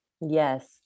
Yes